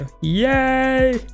Yay